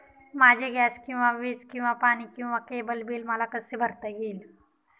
माझे गॅस किंवा वीज किंवा पाणी किंवा केबल बिल मला कसे भरता येईल?